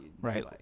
right